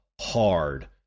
hard